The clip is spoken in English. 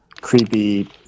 creepy